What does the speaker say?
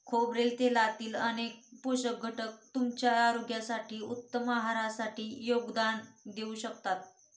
खोबरेल तेलातील अनेक पोषक घटक तुमच्या आरोग्यासाठी, उत्तम आहारासाठी योगदान देऊ शकतात